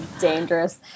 dangerous